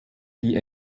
die